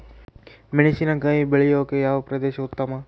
ಮೆಣಸಿನಕಾಯಿ ಬೆಳೆಯೊಕೆ ಯಾವ ಪ್ರದೇಶ ಉತ್ತಮ?